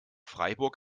freiburg